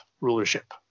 rulership